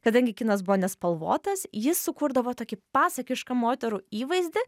kadangi kinas buvo nespalvotas jis sukurdavo tokį pasakišką moterų įvaizdį